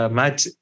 match